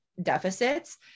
Deficits